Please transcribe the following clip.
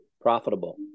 profitable